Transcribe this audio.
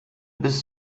bis